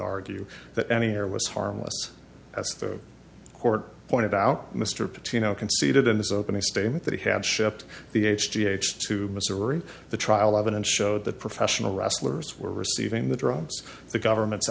argue that any error was harmless as the court pointed out mr pitino conceded in his opening statement that he had shipped the h g h to missouri the trial evidence showed that professional wrestlers were receiving the drones the government's